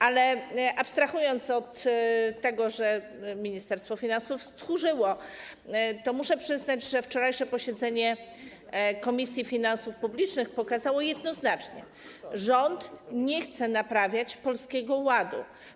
Abstrahując od tego, że Ministerstwo Finansów stchórzyło, muszę przyznać, że wczorajsze posiedzenie Komisji Finansów Publicznych pokazało jednoznacznie, że rząd nie chce naprawiać Polskiego Ładu.